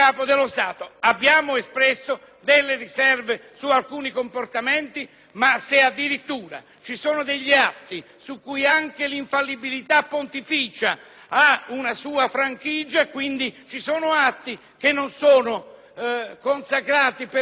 Abbiamo espresso delle riserve su alcuni comportamenti, ma, se addirittura ci sono degli atti su cui anche l'infallibilità pontificia ha una sua franchigia (quindi, ci sono atti che non sono consacrati per dottrina